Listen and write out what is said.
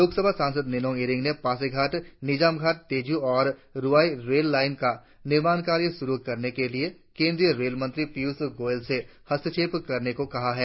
लोकसभा सांसद निनोंग इरिंग ने पासीघाट निजामघाट तेजू और रुपाई रेल लाईन का निर्माण कार्य शुरु करने के लिए केंद्रीय रेल मंत्री पीयुष गोयल से हस्तक्षेप करने की मांग की है